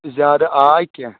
زیادٕ آے کینہہ